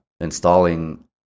installing